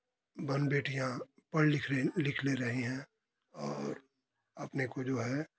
बहन बेटियाँ पढ़ लिख रें लिख ले रही हैं और अपने को जो है